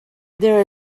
there